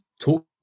talk